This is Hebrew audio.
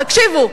תקשיבו,